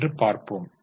என்று பாப்போம்